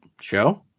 show